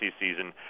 season